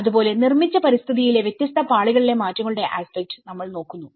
അത്പോലെ നിർമ്മിച്ച പരിസ്ഥിതിയിലെ വ്യത്യസ്ത പാളികളിലെ മാറ്റങ്ങളുടെ ആസ്പെക്ട് നമ്മൾ നോക്കുന്നു